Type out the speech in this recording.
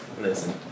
Listen